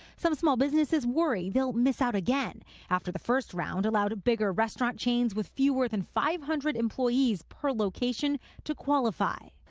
some small businesses worry they'll miss out again after the first round allowed bigger restaurant chains with fewer than five hundred employees per location to qualify.